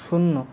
শূন্য